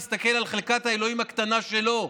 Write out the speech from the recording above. להסתכל על חלקת האלוהים הקטנה שלו.